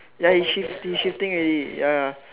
ya he shift he shifting already ya ya